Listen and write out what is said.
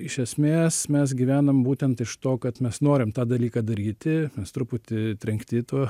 iš esmės mes gyvenam būtent iš to kad mes norim tą dalyką daryti truputį trenkti tuo